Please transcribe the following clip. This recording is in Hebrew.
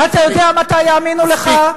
אתה יודע מתי יאמינו לך?